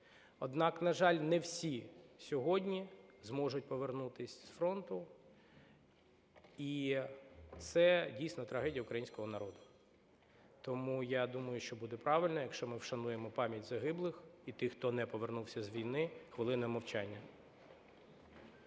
Однак, на жаль, не всі сьогодні зможуть повернутись з фронту і це, дійсно, трагедія українського народу. Тому, я думаю, що буде правильно, якщо ми вшануємо пам'ять загиблих і тих, хто не повернувся з війни, хвилиною мовчання.